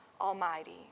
Almighty